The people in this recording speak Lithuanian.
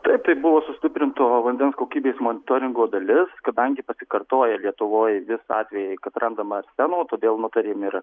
taip buvo sustiprinta vandens kokybės monitoringo dalis kadangi pasikartoja lietuvoj vis atvejai kad randama arseno todėl nutarėme ir